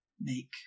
make